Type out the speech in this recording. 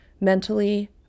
mentally